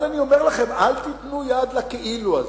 אז אני אומר לכם: אל תיתנו יד לכאילו הזה.